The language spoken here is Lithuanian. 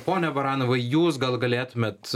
pone baranovai jūs gal galėtumėt